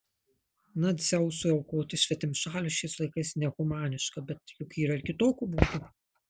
na dzeusui aukoti svetimšalius šiais laikais nehumaniška bet juk yra ir kitokių būdų